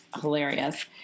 Hilarious